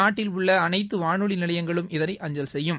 நாட்டில் உள்ள் அனைத்து வானொலி நிலையங்களும் இதனை அஞ்சல் செய்யபம்